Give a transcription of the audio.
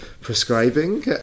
prescribing